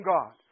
God